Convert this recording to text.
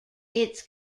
its